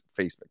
Facebook